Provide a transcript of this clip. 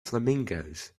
flamingos